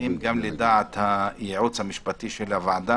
סמכויות מיוחדות להתמודדות עם נגיף הקורונה החדש (הוראת שעה),